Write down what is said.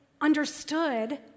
understood